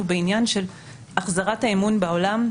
אנחנו בעניין החזרת האמון בעולם.